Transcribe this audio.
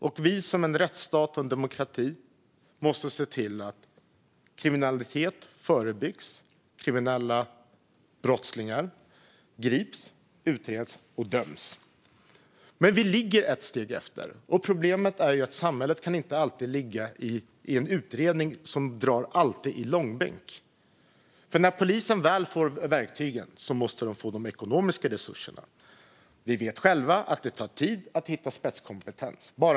Vi som befinner oss i en rättsstat, en demokrati, måste se till att kriminalitet förebyggs och att de kriminella - brottslingarna - grips, utreds och döms. Men vi ligger ett steg efter. Problemet är att samhället inte alltid kan låta utredningarna dra i långbänk. När polisen väl får verktygen måste de få de ekonomiska resurserna. Vi vet själva att det tar tid att hitta spetskompetens.